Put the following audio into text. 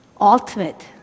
ultimate